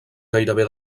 gairebé